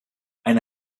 eine